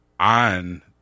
On